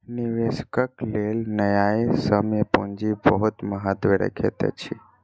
निवेशकक लेल न्यायसम्य पूंजी बहुत महत्त्व रखैत अछि